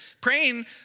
praying